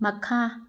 ꯃꯈꯥ